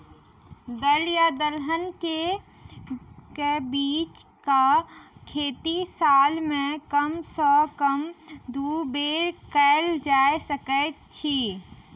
दल या दलहन केँ के बीज केँ खेती साल मे कम सँ कम दु बेर कैल जाय सकैत अछि?